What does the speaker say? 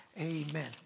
Amen